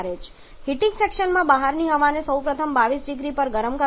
heating સેક્શનમાં બહારની હવાને સૌપ્રથમ 22 0C પર ગરમ કરવામાં આવે છે